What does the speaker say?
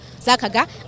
zakaga